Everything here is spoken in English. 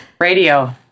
Radio